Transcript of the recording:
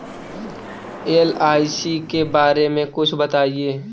LIC के बारे मे कुछ बताई?